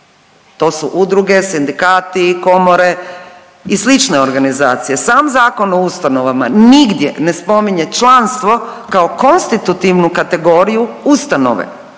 to su udruge, sindikati, komore i slične organizacije, sam Zakon o ustanovama nigdje ne spominje članstvo kao konstitutivnu kategoriju ustanove,